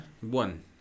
One